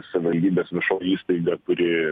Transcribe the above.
savivaldybės viešoji įstaiga kuri